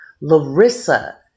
Larissa